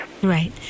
Right